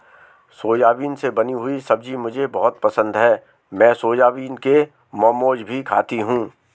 soybean से बनी हुई सब्जी मुझे बहुत पसंद है मैं सोयाबीन के मोमोज भी खाती हूं